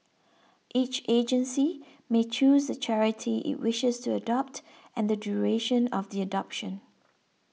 each agency may choose the charity it wishes to adopt and the duration of the adoption